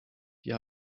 wir